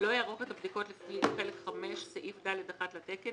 לא יערוך את הבדיקות לפי חלק V, סעיף ד.1 לתקן